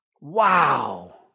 Wow